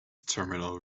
terminal